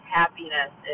happiness